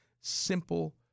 simple